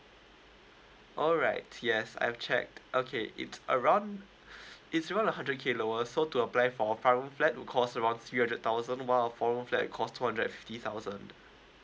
alright yes I've checked okay it around it's around a hundred k lower so to apply for five room flat will cost around three hundred thousand while a four room flat will cost two hundred and fifty thousand